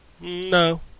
No